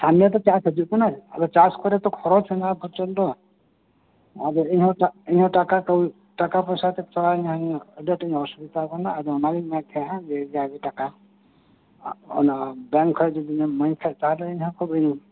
ᱥᱟᱢᱱᱮ ᱛᱳ ᱪᱟᱥ ᱦᱤᱡᱩᱜ ᱠᱟᱱᱟ ᱟᱫᱚ ᱪᱟᱥ ᱠᱚᱨᱮᱛᱚ ᱠᱷᱚᱨᱚᱪ ᱦᱮᱱᱟᱜᱼᱟ ᱯᱨᱚᱪᱚᱱᱰᱚ ᱟᱫᱚ ᱤᱧᱦᱚᱸ ᱤᱧᱦᱚᱸ ᱴᱟᱠᱟ ᱯᱚᱭᱥᱟ ᱛᱮ ᱛᱷᱚᱲᱟᱤᱧ ᱟᱹᱰᱤᱟᱴ ᱤᱧ ᱚᱥᱩᱵᱤᱫᱟ ᱟᱠᱟᱱᱟ ᱟᱫᱚ ᱚᱱᱟᱜᱮᱤᱧ ᱢᱮᱱᱮᱫ ᱛᱟᱸᱦᱮᱱᱟ ᱡᱩᱫᱤ ᱡᱟᱜᱮ ᱴᱟᱠᱟ ᱚᱱᱟ ᱵᱮᱝᱠ ᱠᱷᱚᱡ ᱡᱩᱫᱤᱮᱢ ᱮᱢᱟᱧ ᱠᱷᱟᱱ ᱛᱟᱦᱚᱞᱮ ᱠᱷᱩᱵᱤᱧ